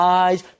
eyes